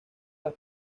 las